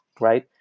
right